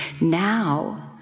Now